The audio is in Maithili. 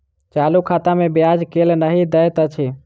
चालू खाता मे ब्याज केल नहि दैत अछि